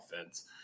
offense